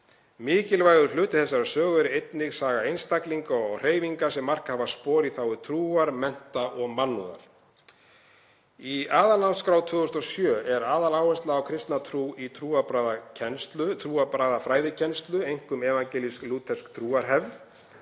Mikilvægur hluti þessarar sögu er einnig saga einstaklinga og hreyfinga sem markað hafa spor í þágu trúar, mennta og mannúðar.“ Í aðalnámskrá 2007 er aðaláhersla á kristna trú í trúarbragðafræðikennslu, einkum evangelísk-lúterska trúarhefð.